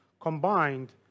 combined